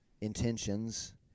intentions